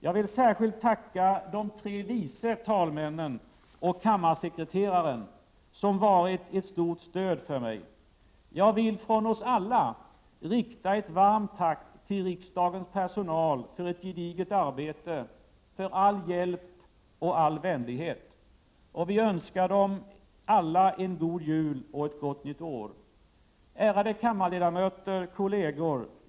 Jag vill särskilt tacka de tre vice talmännen och kammarsekreteraren, som varit ett stort stöd för mig. Jag vill från oss alla rikta ett varmt tack till riksdagens personal för ett gediget arbete, för all hjälp och all vänlighet. Vi önskar dem alla en god jul och ett gott nytt år. Ärade kammarledamöter, kolleger!